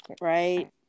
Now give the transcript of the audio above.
right